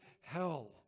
hell